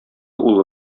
улы